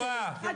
היא צבועה.